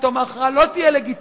פתאום ההכרעה לא תהיה לגיטימית,